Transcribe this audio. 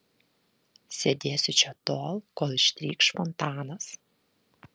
sėdėsiu čia tol kol ištrykš fontanas